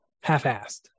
half-assed